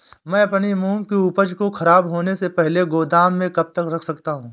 मैं अपनी मूंग की उपज को ख़राब होने से पहले गोदाम में कब तक रख सकता हूँ?